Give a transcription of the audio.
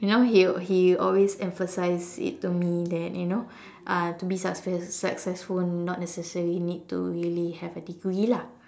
you know he he will always emphasize it to me that you know uh to be success~ successful not necessarily need to really have a degree lah